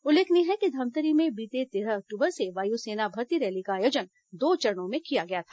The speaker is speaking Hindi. उल्लेखनीय है कि धमतरी में बीते तेरह अक्टूबर से वायु सेना भर्ती रैली का आयोजन दो चरणों में किया गया था